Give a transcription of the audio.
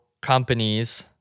companies